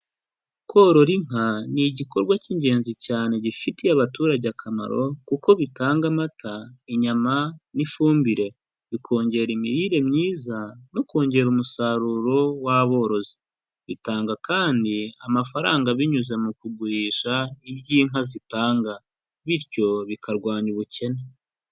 Korora inka ni igikorwa cy'ingenzi cyane gifitiye abaturage akamaro, kuko bitanga amata, inyama n'ifumbire, bikongera imirire myiza no kongera umusaruro w'aborozi, bitanga kandi amafaranga binyuze mu kugurisha iby'inka zitanga, bityo bikarwanya ubukene.